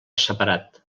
separat